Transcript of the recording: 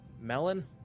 melon